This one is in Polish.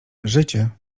zycie